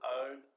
own